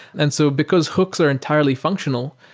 and so because hooks are entirely functional,